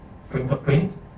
fingerprint